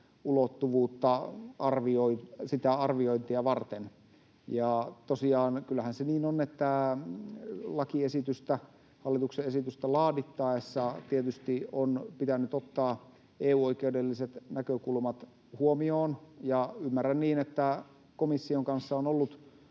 ulottuvuuden arviointia varten. Ja kyllähän se tosiaan niin on, että lakiesitystä, hallituksen esitystä, laadittaessa tietysti on pitänyt ottaa EU-oikeudelliset näkökulmat huomioon, ja ymmärrän niin, että komission kanssa on ollut